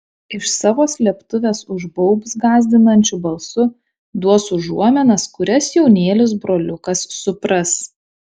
iš savo slėptuvės užbaubs gąsdinančiu balsu duos užuominas kurias jaunėlis broliukas supras